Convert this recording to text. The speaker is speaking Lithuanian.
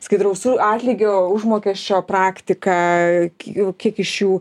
skaidraus atlygio užmokesčio praktiką kiek iš jų